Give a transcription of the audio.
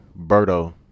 Berto